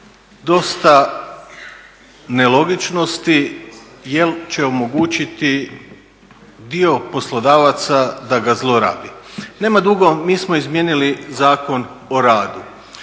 dosta nelogičnosti jer će omogućiti dio poslodavaca da ga zlorabi. Nema dugo, mi smo izmijenili Zakon o radu.